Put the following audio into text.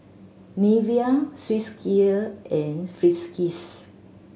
Nivea Swissgear and Friskies